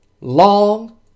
long